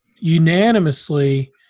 unanimously